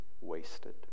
wasted